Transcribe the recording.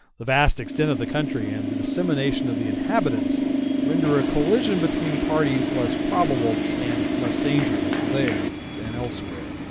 the vast extent of the country and the dissemination of the inhabitants render a collision between parties less probable and less dangerous there than elsewhere.